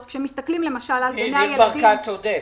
ניר ברקת צודק.